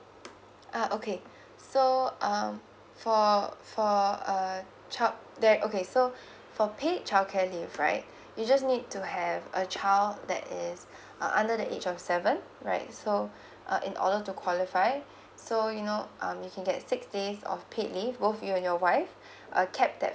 uh okay so um for for err child that okay so for paid childcare leave right you just need to have a child that is uh under the age of seven right so uh in order to qualify so you know um you can get six days of paid leave both you and your wife uh capped at